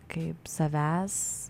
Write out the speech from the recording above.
kaip savęs